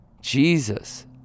jesus